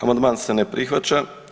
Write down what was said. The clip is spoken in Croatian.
Amandman se ne prihvaća.